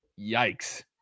yikes